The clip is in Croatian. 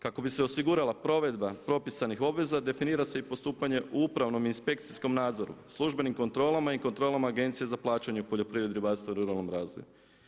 Kako bi se osigurala provedba propisanih obveza, definira se i postupanje u upravnom inspekcijskom nadzoru, službenim kontrolama i kontrolama Agencije za plaćanje u poljoprivredi u vlastitom ruralnom razvoju.